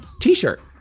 T-shirt